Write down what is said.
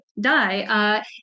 die